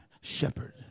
shepherd